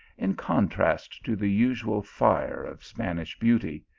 in contrast to the usual fire of spanish beauty,